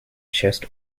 chest